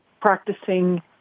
Practicing